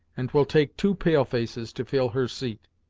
and twill take two pale-faces to fill her seat.